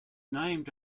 named